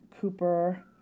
cooper